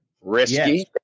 Risky